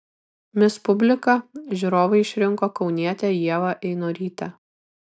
mis publika žiūrovai išrinko kaunietę ievą einorytę